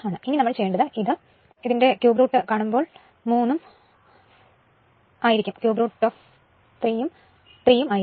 ഇനി നമ്മൾ ചെയേണ്ടത് ഇത് ഇത് ചെയുമ്പോൾ √3 ഉം 3 ഉം ആയിരിക്കും